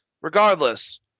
regardless